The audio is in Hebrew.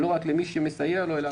לא רק למי שמסייע לו.